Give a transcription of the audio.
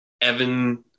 Evan